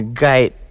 guide